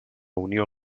unió